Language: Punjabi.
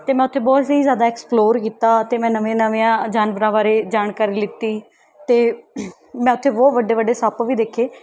ਅਤੇ ਮੈਂ ਉੱਥੇ ਬਹੁਤ ਹੀ ਜ਼ਿਆਦਾ ਐਕਸਪਲੋਰ ਕੀਤਾ ਅਤੇ ਮੈਂ ਨਵੇਂ ਨਵਿਆਂ ਜਾਨਵਰਾਂ ਬਾਰੇ ਜਾਣਕਾਰੀ ਲੀਤੀ ਅਤੇ ਮੈਂ ਉੱਥੇ ਬਹੁਤ ਵੱਡੇ ਵੱਡੇ ਸੱਪ ਵੀ ਦੇਖੇ